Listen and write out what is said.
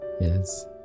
Yes